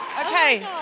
Okay